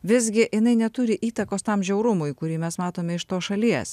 visgi jinai neturi įtakos tam žiaurumui kurį mes matome iš tos šalies